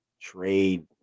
trade